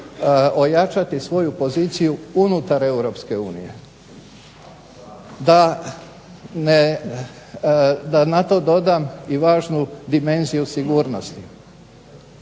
ojačati svoju poziciju unutar Europske unije. Da na to dodam i važnu dimenziju sigurnosti.